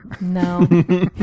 no